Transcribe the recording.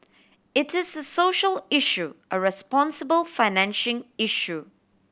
it is a social issue a responsible financing issue